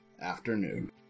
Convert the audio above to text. Afternoon